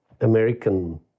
American